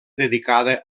dedicada